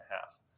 half